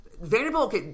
Vanderbilt